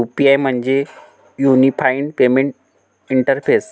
UPI म्हणजे unified payment interface